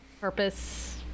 purpose